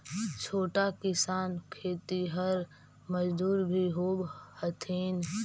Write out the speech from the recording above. छोटा किसान खेतिहर मजदूर भी होवऽ हथिन